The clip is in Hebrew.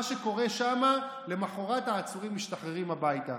מה שקורה שם, למוחרת העצורים משתחררים הביתה.